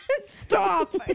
Stop